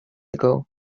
ago